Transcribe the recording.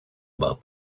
about